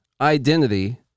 identity